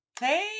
Hey